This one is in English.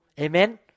Amen